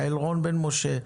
חה"כ יעל רון בן משה,